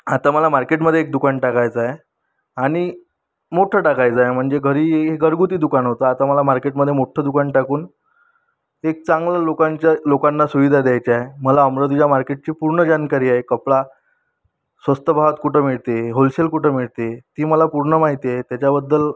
आता मला मार्केटमध्ये एक दुकान टाकायचं आहे आणि मोठं टाकायचं आहे म्हणजे घरी घरगुती दुकान होतं आता मला मार्केटमध्ये मोठ्ठं दुकान टाकून एक चांगलं लोकांच्या लोकांना सुविधा द्यायची आहे मला अमरावतीच्या मार्केटची पूर्ण जाणकारी आहे कपडा स्वस्त भावात कुठं मिळते होलसेल कुठं मिळते ती मला पूर्ण माहिती आहे त्याच्याबद्दल